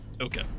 Okay